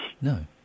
No